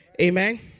Amen